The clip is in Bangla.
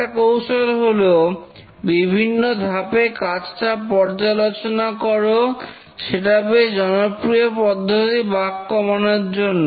একটা কৌশল হলো বিভিন্ন ধাপে কাজটার পর্যালোচনা করো সেটা বেশ জনপ্রিয় পদ্ধতি বাগ কমানোর জন্য